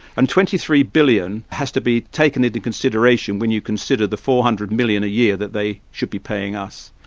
and twenty three billion has to be taken into consideration when you consider the four hundred million a year that they should be paying for us.